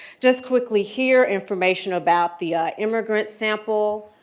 just quickly here, information about the immigrant sample,